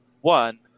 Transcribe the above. one